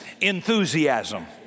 enthusiasm